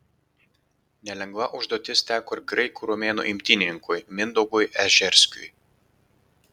nelengva užduotis teko ir graikų romėnų imtynininkui mindaugui ežerskiui